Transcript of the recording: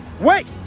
wait